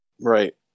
Right